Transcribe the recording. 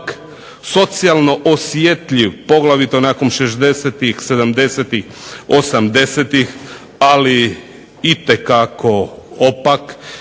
socijalno osjetljiv poglavito nakon '60-ih, '70-ih, '80-ih, ali itekako opak.